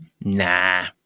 Nah